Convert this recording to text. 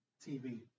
TV